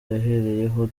yahereyeho